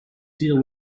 deal